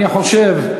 אני חושב,